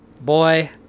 boy